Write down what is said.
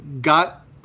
got